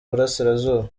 burasirazuba